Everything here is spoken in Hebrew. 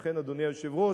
לכן, אדוני היושב-ראש,